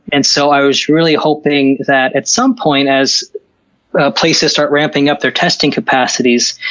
and so i was really hoping that at some point, as places start ramping up their testing capacities,